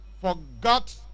forgot